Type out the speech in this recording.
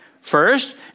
First